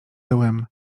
tyłem